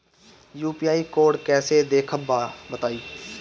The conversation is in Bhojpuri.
यू.पी.आई कोड कैसे देखब बताई?